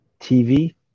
TV